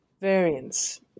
variance